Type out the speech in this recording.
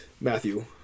Matthew